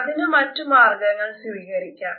അതിനു മറ്റു മാർഗങ്ങൾ സ്വീകരിക്കാം